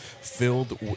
filled